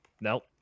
Nope